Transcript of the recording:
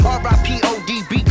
R-I-P-O-D-B